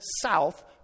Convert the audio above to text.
south